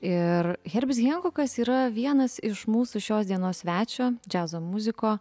ir herbis henkokas yra vienas iš mūsų šios dienos svečio džiazo muziko